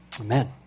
Amen